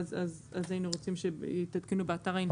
היינו רוצים שיתעדכנו באתר האינטרנט.